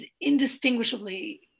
indistinguishably